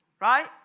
right